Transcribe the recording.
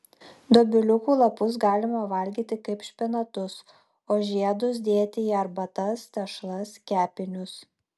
dobiliukų lapus galima valgyti kaip špinatus o žiedus dėti į arbatas tešlas kepinius